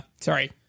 sorry